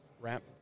Ramp